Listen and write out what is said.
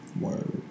Word